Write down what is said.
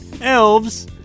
elves